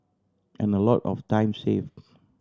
and a lot of time saved